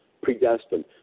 predestined